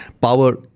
Power